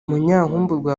munyankumburwa